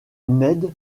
ned